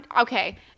okay